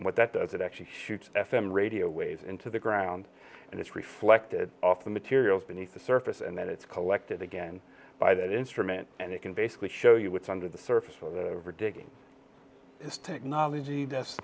and what that does it actually shoot f m radio waves into the ground and it's reflected off the materials beneath the surface and then it's collected again by that instrument and it can basically show you what's under the surface of the digging this technology this